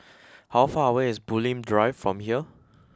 how far away is Bulim Drive from here